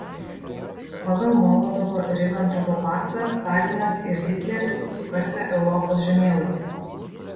pagal molotovo ribentropo paktą stalinas ir hitleris sukarpė europos žemėlapį